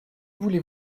voulez